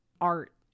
art